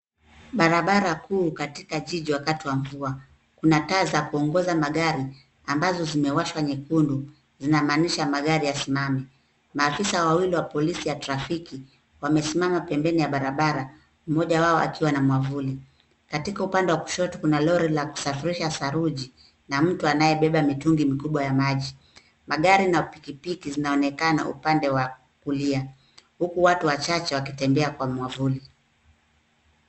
Barabara kuu katika jiji wakati wa mvua. Kuna taa za kuongoza magari, ambazo zimewashwa nyekundu, zinamaanisha magari yasimame. Maafisa wawili wa polisi ya trafiki, wamesimama pembeni ya barabara, mmoja wao akiwa na mwavuli. Katika upande wa kushoto kuna lori la kusafirisha saruji, na mtu anayebeba mitungi mikubwa ya maji. Magari na pikipiki zinaonekana upande wa kulia, huku watu wachache wakitembea kwa mwavuli.